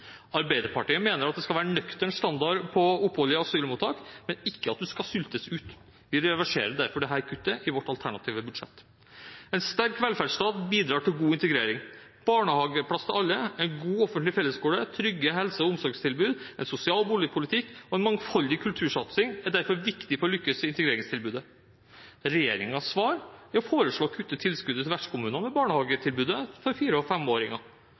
Arbeiderpartiet mener at det skal være en nøktern standard på opphold i asylmottak, men ikke at man skal sultes ut. Vi reverserer derfor dette kuttet i vårt alternative budsjett. En sterk velferdsstat bidrar til god integrering. Barnehageplass til alle, en god offentlig fellesskole, trygge helse- og omsorgstilbud, en sosial boligpolitikk og en mangfoldig kultursatsing er derfor viktig for å lykkes med integreringstilbudet. Regjeringens svar er å foreslå å kutte tilskuddet til barnehagetilbudet for fire- og femåringer